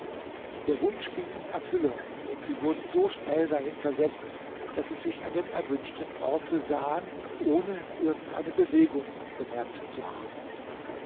ihr wunsch ging in erfüllung und sie wurden so schnell dahin versetzt daß sie sich an dem erwünschten orte sahen ohne irgend eine bewegung bemerkt zu haben